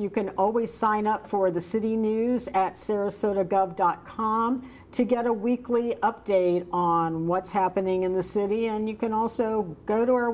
you can always sign up for the city news at sarasota gov dot com to get a weekly update on what's happening in the city and you can also go to our